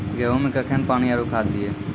गेहूँ मे कखेन पानी आरु खाद दिये?